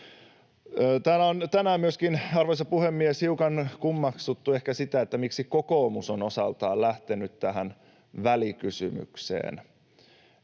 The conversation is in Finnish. tänään myöskin, arvoisa puhemies, ehkä hiukan kummeksuttu sitä, miksi kokoomus on osaltaan lähtenyt tähän välikysymykseen.